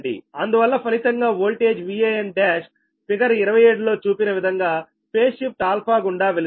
అందువల్ల ఫలితంగా voltage Van1 figure 27 లో చూపిన విధంగా ఫేజ్ షిఫ్ట్ α గుండా వెళుతుంది